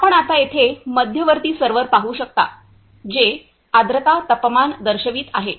आपण आता येथे मध्यवर्ती सर्व्हर पाहू शकता हे आर्द्रता तापमान दर्शवित आहे